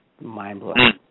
Mind-blowing